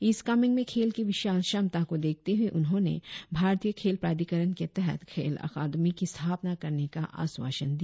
east Kameng में खेल की विशाल क्षमता को देखते हुए उन्होंने भारतीय खेल प्राधिकरण के तहत खेल अकादमी की स्थापना करने का आश्वासन दिया